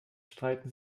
streiten